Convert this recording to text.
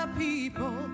people